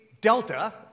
Delta